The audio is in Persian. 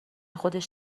خودش